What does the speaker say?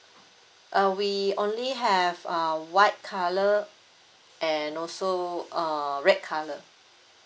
uh we only have uh white colour and also uh red colour